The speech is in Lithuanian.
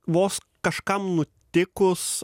vos kažkam nutikus